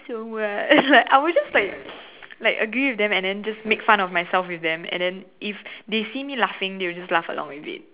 so what like I would just like like agree with them and then just make fun of myself with them and then if they see me laughing they will just laugh along with it